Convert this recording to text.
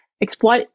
exploit